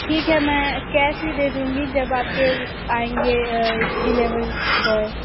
ठीक है मैं कैस ही दे दूँगी जब आप के आएंगे डिलेवरी बॉय